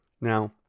Now